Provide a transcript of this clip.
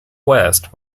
west